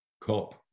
COP